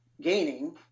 gaining